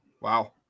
Wow